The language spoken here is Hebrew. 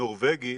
הנורבגי